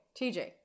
TJ